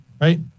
right